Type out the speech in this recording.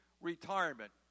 retirement